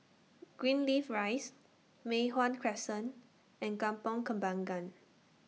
Greenleaf Rise Mei Hwan Crescent and Kampong Kembangan